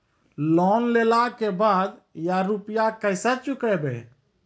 Loan लेला के बाद या रुपिया केसे चुकायाबो?